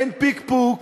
אין פקפוק